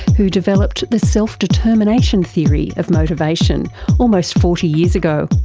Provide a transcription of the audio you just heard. who developed the self determination theory of motivation almost forty years ago.